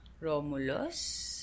Romulus